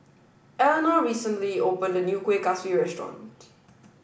Eleonore recently opened a new Kueh Kaswi Restaurant